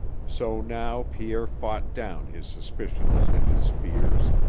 so now pierre fought down his suspicions and his fears.